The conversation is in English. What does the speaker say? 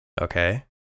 Okay